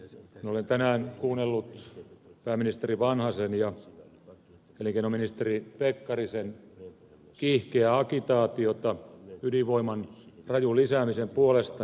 minä olen tänään kuunnellut pääministeri vanhasen ja elinkeinoministeri pekkarisen kiihkeää agitaatiota ydinvoiman rajun lisäämisen puolesta